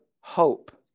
hope